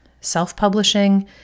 self-publishing